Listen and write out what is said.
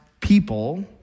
people